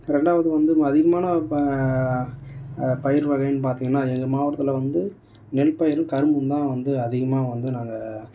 ரெண்டாவது வந்து அதிகமான பா பயிர் வகைனு பார்த்தீங்கனா எங்கள் மாவட்டத்தில் வந்து நெல் பயிரும் கரும்பும் தான் வந்து அதிகமாக வந்து நாங்கள்